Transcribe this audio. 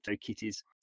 Kitties